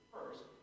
First